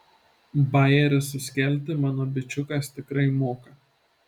bajerį suskelti mano bičiukas tikrai moka